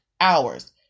hours